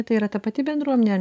tai yra ta pati bendruomenė